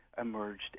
emerged